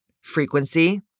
frequency